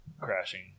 crashing